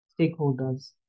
stakeholders